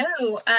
No